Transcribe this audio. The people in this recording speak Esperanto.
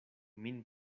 min